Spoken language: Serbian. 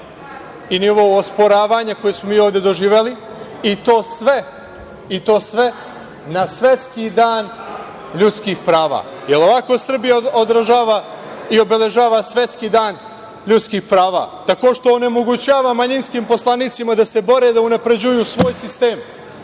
i nivou osporavanja koje smo mi ovde doživeli, i to sve na svetski Dan ljudskih prava. Jel ovako Srbija obeležava svetski Dan ljudskih prava? Tako što onemogućava manjinskim poslanicima da se bore da unapređuju svoj sistem?